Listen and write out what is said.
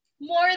more